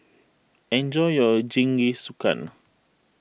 enjoy your Jingisukan